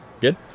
good